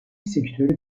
sektörü